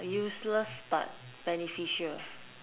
useless but beneficial